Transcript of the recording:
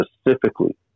specifically